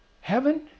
Heaven